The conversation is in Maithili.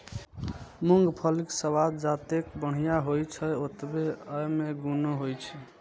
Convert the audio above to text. मूंगफलीक स्वाद जतेक बढ़िया होइ छै, ओतबे अय मे गुणो होइ छै